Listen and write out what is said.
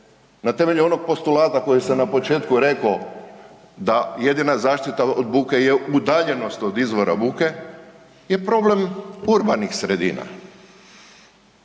na temelju onog postulata koji sam na početku reko da jedina zaštita od buke je udaljenost od izvora buke je problem urbanih sredina.